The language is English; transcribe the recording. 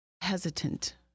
hesitant